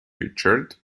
richard